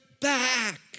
back